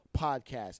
podcast